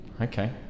Okay